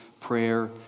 prayer